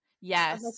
Yes